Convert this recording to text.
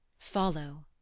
follow,